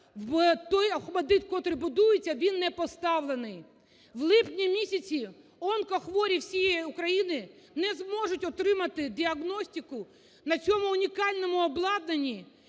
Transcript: той "ОХМАТДИТ", котрий будується, він не поставлений. В липні місяці онкохворі всієї України не зможуть отримати діагностику на цьому унікальному обладнанні.